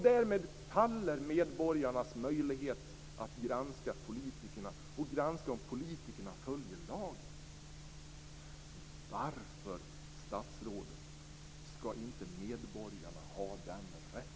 Därmed faller medborgarnas möjlighet att granska politikerna och granska om politikerna följer lagen. Varför, statsrådet, skall inte medborgarna ha den rätten?